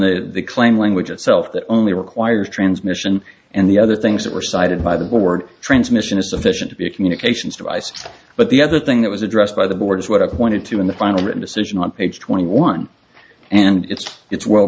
the claim language itself that only requires transmission and the other things that were cited by the board transmission is sufficient to be a communications device but the other thing that was addressed by the board is what i've wanted to in the final written decision on page twenty one and it's it's well